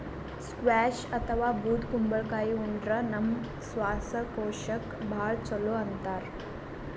squash ಅಥವಾ ಬೂದ್ ಕುಂಬಳಕಾಯಿ ಉಂಡ್ರ ನಮ್ ಶ್ವಾಸಕೋಶಕ್ಕ್ ಭಾಳ್ ಛಲೋ ಅಂತಾರ್